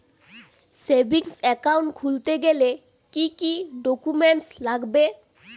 Savings account খুলতে গেলে কি কি ডকুমেন্টস লাগবে?